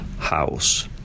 House